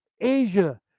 Asia